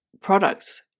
products